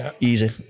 Easy